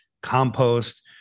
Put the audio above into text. compost